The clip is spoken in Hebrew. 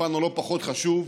והפן הלא-פחות חשוב,